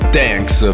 thanks